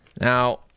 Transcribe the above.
Now